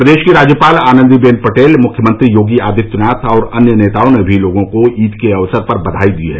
प्रदेश की राज्यपाल आनंदीबेन पटेल मुख्यमंत्री योगी आदित्यनाथ और अन्य नेताओं ने भी लोगों को ईद के अवसर पर बधाई दी है